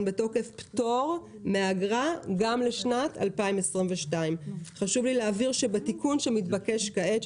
בתוקף פטור מאגרה גם לשנת 2022. חשוב לי להבהיר שבתיקון שמתבקש כעת,